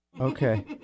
Okay